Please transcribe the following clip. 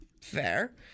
Fair